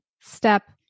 step